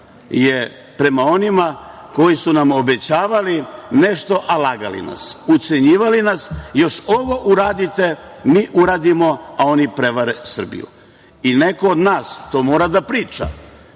je prema onima koji su nam obećavali nešto, a lagali nas, ucenjivali nas, još ovo uradite, mi uradimo, a oni prevare Srbiju. Neko od nas to mora da priča.